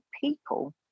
people